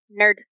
Nerd